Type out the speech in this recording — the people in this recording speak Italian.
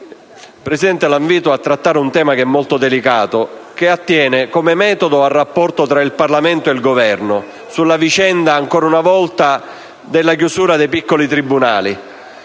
Presidente, la invito a trattare un tema molto delicato, che attiene come metodo al rapporto tra il Parlamento e il Governo. Mi riferisco ancora una volta alla vicenda della chiusura dei piccoli tribunali.